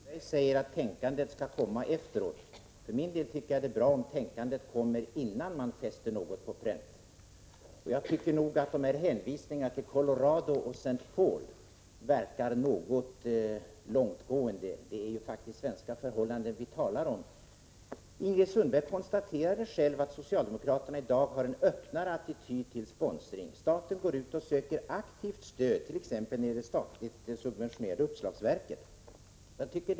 Fru talman! Ingrid Sundberg säger att tänkandet skall komma efteråt. För min del tycker jag att det är bättre om tanken kommer innan man fäster något på pränt. Hänvisningarna till Colorado och St. Paul verkar något långsökta. Det är faktiskt svenska förhållanden vi talar om. Ingrid Sundberg konstaterade själv att socialdemokraterna har en öppnare attityd till sponsring än tidigare. Staten går ut och söker aktivt stöd, exempelvis när det gäller det statligt subventionerade uppslagsverket.